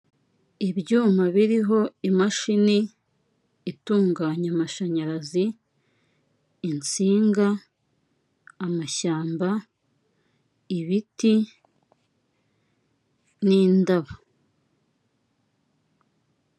Ibyuma biriho imashini itunganya amashanyarazi, insinga, amashyamba, ibiti, n'indabo.